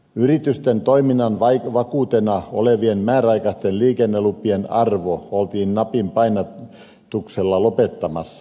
yritysten toiminnan vakuutena olevien määräaikaisten liikennelupien arvo oltiin napin painalluksella lopettamassa